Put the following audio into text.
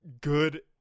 good